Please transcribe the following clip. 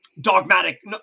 dogmatic